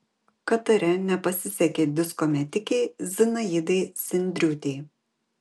katare nepasisekė disko metikei zinaidai sendriūtei